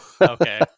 Okay